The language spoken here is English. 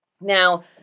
Now